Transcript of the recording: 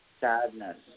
sadness